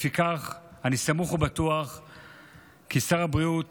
לפיכך, אני סמוך ובטוח כי שר הבריאות